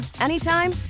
anytime